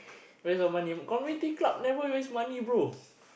waste of money community club leh why you waste money brother